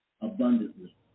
abundantly